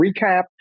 recap